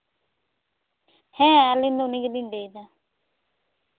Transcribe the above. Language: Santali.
ᱦᱮᱸ ᱟᱹᱞᱤᱧ ᱫᱚ ᱩᱱᱤ ᱜᱮᱞᱤᱧ ᱞᱟᱹᱭᱫᱟ